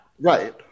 right